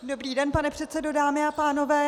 Dobrý den pane předsedo, dámy a pánové.